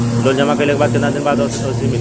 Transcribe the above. Loan जमा कइले के कितना दिन बाद एन.ओ.सी मिली?